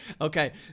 Okay